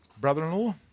brother-in-law